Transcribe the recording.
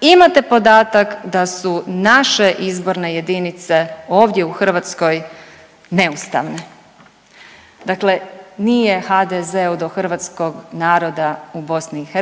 imate podatak da su naše izborne jedinice ovdje u Hrvatskoj neustavne. Dakle, nije HDZ-u do hrvatskog naroda u BiH